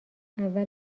اول